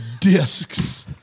Discs